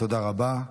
תודה רבה.